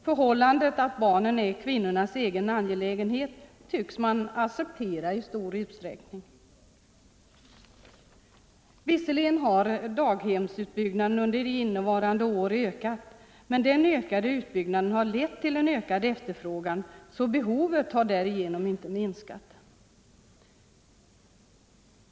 Förhållandet att barnen är kvinnornas egen angelägenhet tycks accepteras i stor utsträckning. Visserligen har daghemsutbyggnaden under innevarande år ökat, men den ökade utbyggnaden har lett till en ökad efterfrågan. Så behovet har därigenom inte minskat.